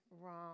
wrong